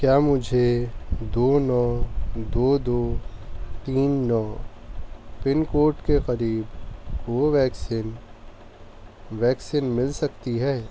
کیا مجھے دو نو دو دو تین نو پن کوڈ کے قریب کوویکسین ویکسین مل سکتی ہے